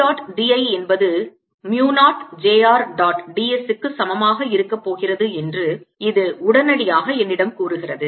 B dot dl என்பது mu 0 j r dot ds க்கு சமமாக இருக்கப் போகிறது என்று இது உடனடியாக என்னிடம் கூறுகிறது